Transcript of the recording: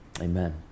Amen